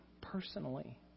personally